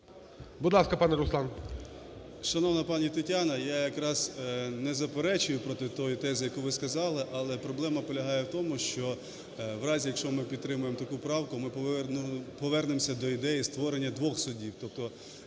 Будь ласка, пане Руслан.